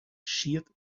sheared